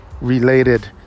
related